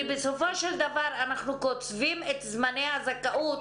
בסופו של דבר אנחנו קוצבים את זמני הזכאות